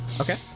Okay